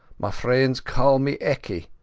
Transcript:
my freens caa me ecky,